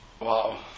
wow